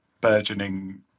burgeoning